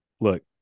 look